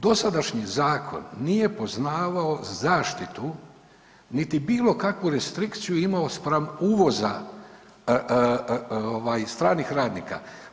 Dosadašnji zakon nije poznavao zaštitu niti bilo kakvu restrikciju imao spram uvoza stranih radnika.